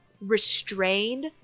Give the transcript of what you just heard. restrained